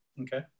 Okay